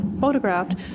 photographed